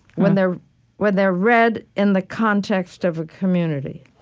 when they're when they're read in the context of a community.